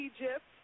Egypt